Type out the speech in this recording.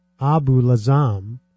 Abu-Lazam